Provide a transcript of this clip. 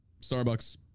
Starbucks